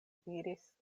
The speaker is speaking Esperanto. diris